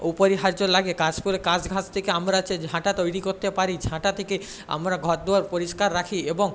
অপরিহার্য লাগে কাশ ফুল কাশ ঘাস থেকে আমরা হচ্ছে ঝাঁটা তৈরি করতে পারি ঝাঁটা থেকে আমরা ঘরদোর পরিষ্কার রাখি এবং